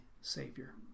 Savior